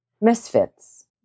misfits